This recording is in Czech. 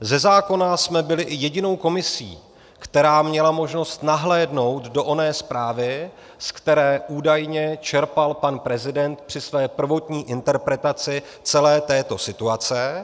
Ze zákona jsme byli i jedinou komisí, která měla možnost nahlédnout do oné zprávy, z které údajně čerpal pan prezident při své prvotní interpretaci celé této situace.